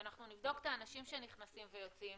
שאנחנו נבדוק את האנשים שנכנסים ויוצאים